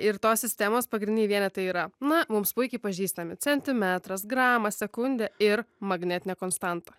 ir tos sistemos pagrindiniai vienetai yra na mums puikiai pažįstami centimetras gramas sekundė ir magnetinė konstanta